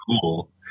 cool